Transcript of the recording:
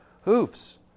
hoofs